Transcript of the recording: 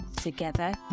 Together